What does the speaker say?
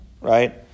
right